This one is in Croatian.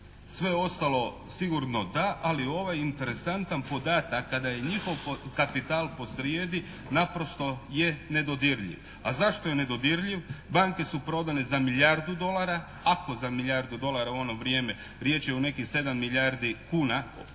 Sve ostalo sigurno da, ali ovaj interesantan podataka kada je njihov kapital posrijedi naprosto je nedodirljiv. A zašto je nedodirljiv? Banke su prodane za milijardu dolara, ako za milijardu dolara u ono vrijeme, riječ je o nekih 7 milijardi kuna,